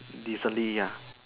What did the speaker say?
recently ya